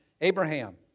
Abraham